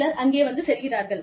சிலர் அங்கே வந்து செல்கிறார்கள்